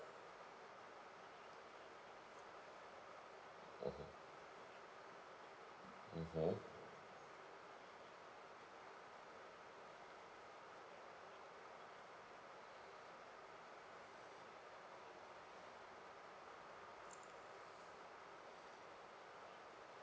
mmhmm mmhmm